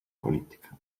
política